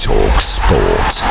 TalkSport